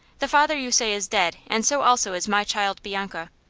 the father, you say, is dead, and so also is my child bianca.